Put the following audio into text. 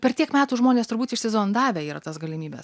per tiek metų žmonės turbūt išsizondavę yra tas galimybes